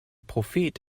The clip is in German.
prophet